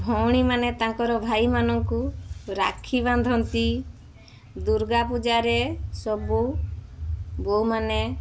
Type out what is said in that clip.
ଭଉଣୀମାନେ ତାଙ୍କର ଭାଇମାନଙ୍କୁ ରାକ୍ଷୀ ବାନ୍ଧନ୍ତି ଦୁର୍ଗାପୂଜାରେ ସବୁ ବୋହୂମାନେ